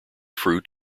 fruit